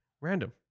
random